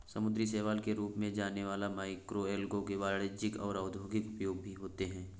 समुद्री शैवाल के रूप में जाने वाला मैक्रोएल्गे के वाणिज्यिक और औद्योगिक उपयोग भी होते हैं